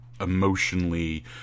emotionally